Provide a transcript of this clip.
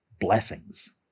blessings